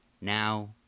Now